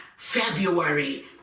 February